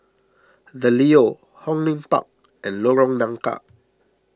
the Leo Hong Lim Park and Lorong Nangka